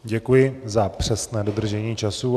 Děkuji za přesné dodržení času.